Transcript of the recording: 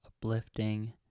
uplifting